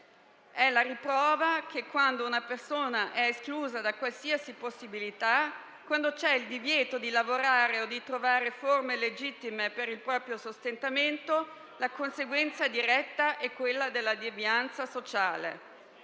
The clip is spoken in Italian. È la riprova che, quando una persona è esclusa da qualsiasi possibilità, quando c'è il divieto di lavorare o di trovare forme legittime per il proprio sostentamento, la conseguenza diretta è la devianza sociale.